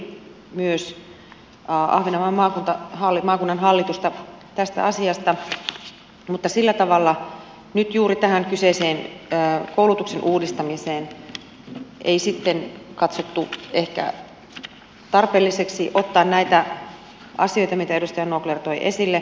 hallintovaliokunta kuuli myös ahvenanmaan maakunnan hallitusta tästä asiasta mutta sillä tavalla nyt juuri tähän kyseiseen koulutuksen uudistamiseen ei sitten katsottu ehkä tarpeelliseksi ottaa näitä asioita kuin mitä edustaja naucler toi esille